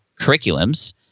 curriculums